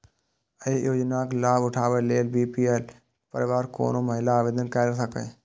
एहि योजनाक लाभ उठाबै लेल बी.पी.एल परिवारक कोनो महिला आवेदन कैर सकैए